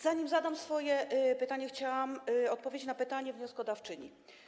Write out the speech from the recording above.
Zanim zadam swoje pytanie, chciałabym odpowiedzieć na pytanie wnioskodawczyni.